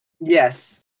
Yes